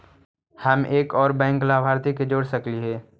हम एक और बैंक लाभार्थी के जोड़ सकली हे?